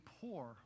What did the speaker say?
poor